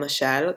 למשל,